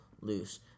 loose